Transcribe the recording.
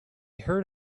heard